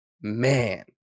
man